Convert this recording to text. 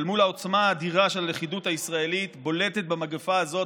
אבל מול העוצמה האדירה של הלכידות הישראלית בולטת במגפה הזאת,